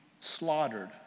slaughtered